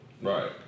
Right